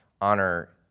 honor